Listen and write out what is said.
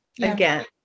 again